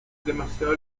demasiado